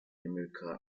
america